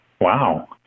Wow